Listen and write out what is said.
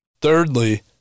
Thirdly